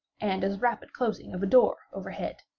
and as rapid closing of a door overhead,